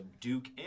Duke